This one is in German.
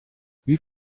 wie